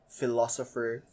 philosopher